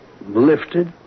lifted